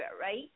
right